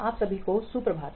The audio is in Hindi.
आप सभी को सुप्रभात